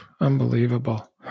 Unbelievable